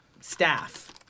staff